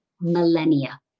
millennia